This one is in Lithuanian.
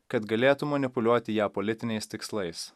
kad galėtų manipuliuoti ja politiniais tikslais